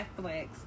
Netflix